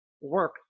work